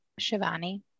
Shivani